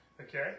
Okay